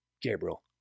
Gabriel